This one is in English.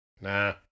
Nah